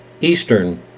Eastern